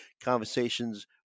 conversations